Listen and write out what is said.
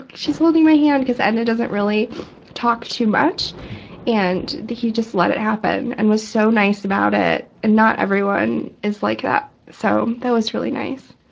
she's holding my hand! because edna's doesn't really talk too much and he just let it happen and was so nice about it. and not everyone is like that. so that was really nice.